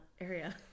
area